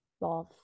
love